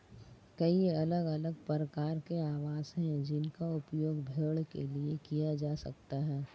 कई अलग अलग प्रकार के आवास हैं जिनका उपयोग भेड़ के लिए किया जा सकता है